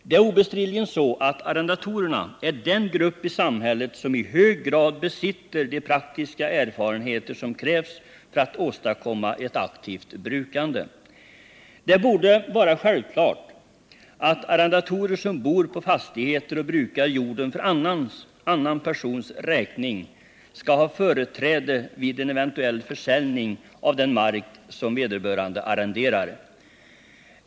Det är obestridligen så, att arrendatorerna är den grupp i samhället som i hög grad besitter de praktiska erfarenheter som krävs för att åstadkomma ett aktivt brukande. Det borde vara självklart att arrendatorer som bor på fastigheter och brukar jorden för annan persons räkning skall ha företräde vid en eventuell försäljning av den mark som vederbörande arrenderar.